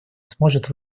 сможет